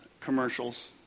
commercials